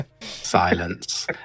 silence